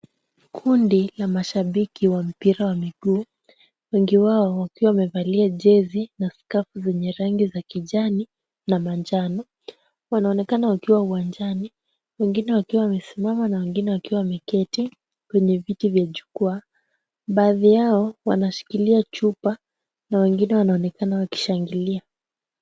Kundi la mashabiki wa mpira wa miguu wengi wao wakiwa wamevalia jezi na skaf zenye rangi za kijani na manjano wanaonekana wakiwa uwanjani wengine wakiwa wamesimama na wengine wakiwa wameketi kwenye viti vya jukwaa. Baadhi yao wanashikilia chupa na wengine wanaonekana wakishangilia.